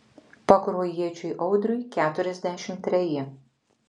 pakruojiečiui audriui keturiasdešimt treji